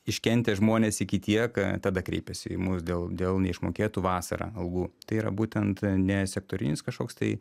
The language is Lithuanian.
iškentę žmonės iki tiek ka tada kreipiasi į mus dėl dėl neišmokėtų vasarą algų tai yra būtent ne sektorinis kažkoks tai